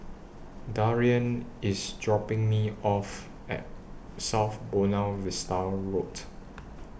Darian IS dropping Me off At South Buona Vista Road